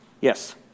Yes